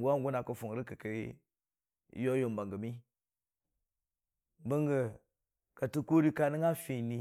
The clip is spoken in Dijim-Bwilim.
gʊ hangʊ naki fʊng rə, kə ki yo yomba gə mi, bəngə kattəkori ka nəngnga fini.